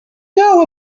know